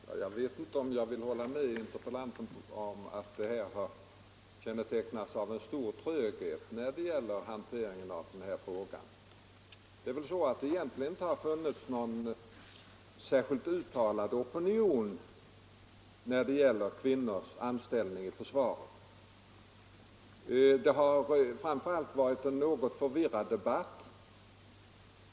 Herr talman! Jag vet inte om jag vill hålla med interpellanten om att behandlingen av denna fråga har kännetecknats av stor tröghet. Det har väl egentligen inte funnits någon särskilt uttalad opinion när det gäller kvinnors anställning i försvaret. Det har framför allt varit en något förvirrad debatt.